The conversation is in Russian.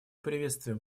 приветствуем